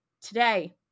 Today